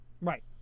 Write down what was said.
Right